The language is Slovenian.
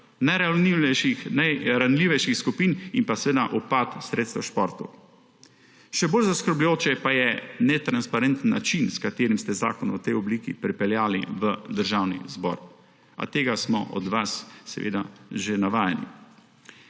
najranljivejših skupin in seveda upad sredstev v športu. Še bolj zaskrbljujoč pa je netransparenten način, s katerim ste zakon v tej obliki pripeljali v Državni zbor. A tega smo od vas seveda že navajeni.